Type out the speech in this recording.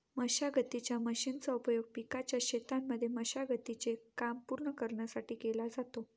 मशागतीच्या मशीनचा उपयोग पिकाच्या शेतांमध्ये मशागती चे काम पूर्ण करण्यासाठी केला जातो